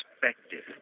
perspective